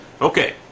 Okay